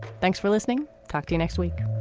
thanks for listening. talk to you next week